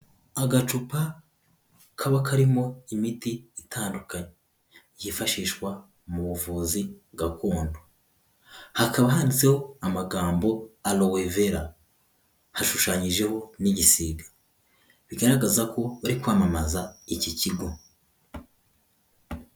Agacupa kaba karimo imiti itandukanye, yifashishwa mu buvuzi gakondo, hakaba handitseho amagambo Aloe vera, hashushanyijeho n'igisiga, bigaragaza ko bari kwamamaza iki kigo.